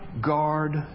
guard